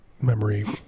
memory